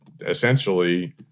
essentially